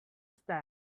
stand